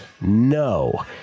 No